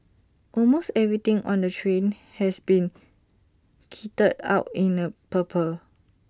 almost everything on the train has been kitted out in the purple